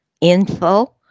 info